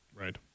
Right